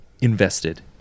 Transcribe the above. invested